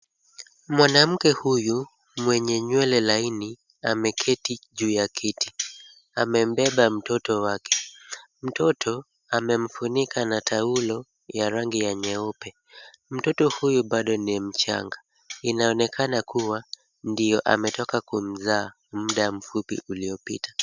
Mwanamke huyu mwenye nywele laini ameketi juu ya kiti, amembeba mtoto wake. Mtoto amemfunika na taulo ya rangi ya nyeupe. Mtoto huyu bado ni mchanga, inaonekana kuwa ndio ametoka kumzaa muda mfupi uliopita.